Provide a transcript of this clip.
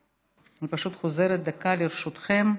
אני חוזרת, ברשותכם.